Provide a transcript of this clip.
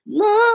no